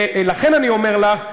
לכן אני אומר לך,